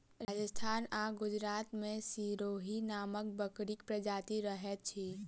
राजस्थान आ गुजरात मे सिरोही नामक बकरीक प्रजाति रहैत अछि